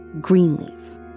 Greenleaf